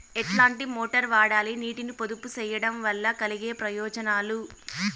ఎట్లాంటి మోటారు వాడాలి, నీటిని పొదుపు సేయడం వల్ల కలిగే ప్రయోజనాలు?